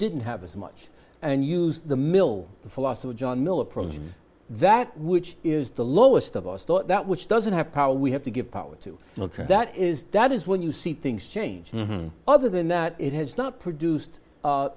didn't have as much and use the mill the philosopher john mill approach that which is the lowest of us thought that which doesn't have power we have to give power to look at that is that is when you see things change other than that it has not produced